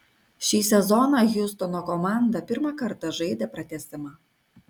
šį sezoną hjustono komanda pirmą kartą žaidė pratęsimą